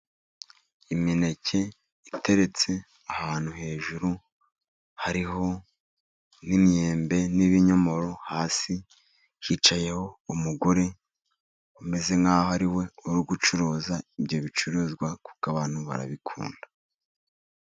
Imineke iteretse ahantu hejuru, hariho n'imyembe n'ibinyomoro. Hasi hicayeho umugore umeze nk'aho ariwe uri gucuruza ibyo bicuruzwa, kuko abantu barabikunda.